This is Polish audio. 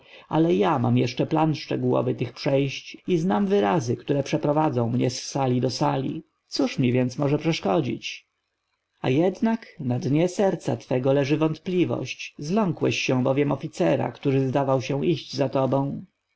ale ja mam jeszcze plan szczegółowy tych przejść i znam wyrazy które przeprowadzą mnie z sali do sali co mi więc może przeszkodzić a jednak na dnie serca twego leży wątpliwość zląkłeś się bowiem oficera który zdawał się iść za tobą